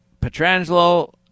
Petrangelo